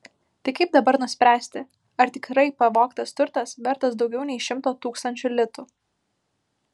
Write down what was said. tai kaip dabar nuspręsti ar tikrai pavogtas turtas vertas daugiau nei šimto tūkstančių litų